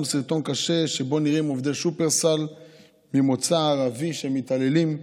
סרטון קשה שבו נראים עובדי שופרסל ממוצא ערבי מתעללים,